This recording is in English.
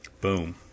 boom